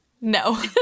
no